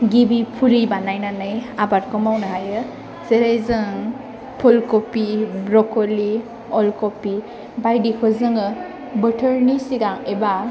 गिबि फुलि बानायनानै आबादखौ मावनो हायो जेरै जों पुलकभि ब्रकलि अलकभि बायदिखौ जोङो बोथोरनि सिगां एबा